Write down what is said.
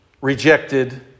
Rejected